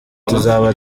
tuzaba